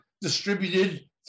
distributed